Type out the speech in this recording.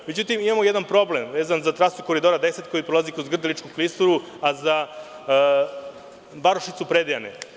Međutim, imamo jedan problem vezan za trasu Koridora 10 koji prolazi kroz Grdeličku klisuru, a za varošicu Predejane.